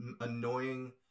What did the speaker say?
annoying